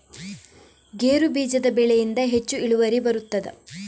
ಗೇರು ಬೀಜದ ಬೆಳೆಯಿಂದ ಹೆಚ್ಚು ಇಳುವರಿ ಬರುತ್ತದಾ?